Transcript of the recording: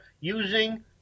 using